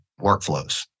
workflows